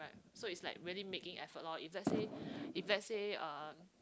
so it's like really making effort loh if let's say if let's say um